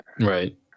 Right